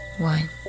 one